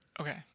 okay